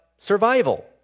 survival